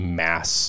mass